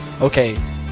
okay